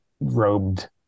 robed